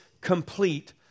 complete